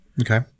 Okay